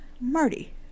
Marty